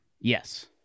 Yes